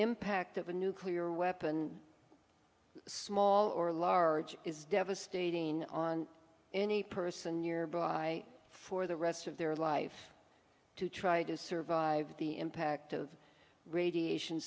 impact of a nuclear weapon small or large is devastating on any person you're brought by for the rest of their life to try to survive the impact of radiation